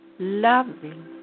loving